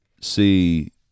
see